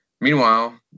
Meanwhile